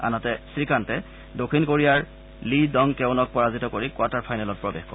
আনহাতে শ্ৰীকান্তে দক্ষিণ কোৰিয়াৰ লী ডং কেউনক পৰাজিত কৰি কোৱাৰ্টাৰ ফাইনেলত প্ৰৱেশ কৰে